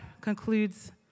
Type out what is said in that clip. concludes